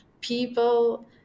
people